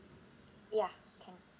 ya can